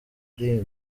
ari